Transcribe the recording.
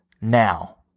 Now